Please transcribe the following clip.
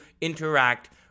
interact